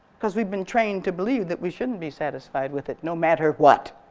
because we've been trained to believe that we shouldn't be satisfied with it no matter what.